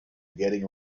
getting